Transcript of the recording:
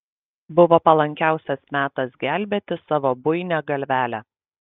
buvo palankiausias metas gelbėti savo buinią galvelę